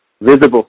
visible